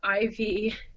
IV